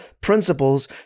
principles